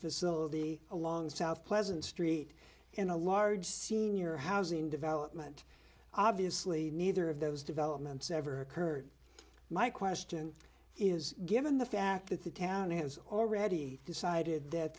facility along south pleasant street and a large senior housing development obviously neither of those developments ever occurred my question is given the fact that the town has already decided that